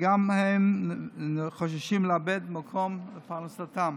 והם גם חוששים לאבד את מקום פרנסתם.